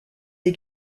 des